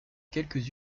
quelques